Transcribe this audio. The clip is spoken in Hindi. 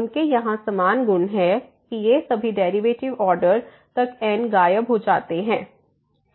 उनके यहां समान गुण हैं कि ये सभी डेरिवेटिव ऑर्डर तक n गायब हो जाते हैं